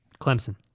Clemson